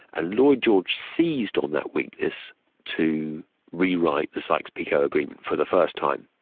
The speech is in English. ah lloyd george seized on that weakness to rewrite the sykes-picot agreement for the first time.